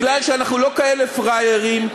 מפני שאנחנו לא כאלה פראיירים,